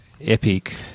Epic